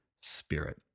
Spirit